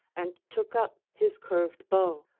and took up his curved bow.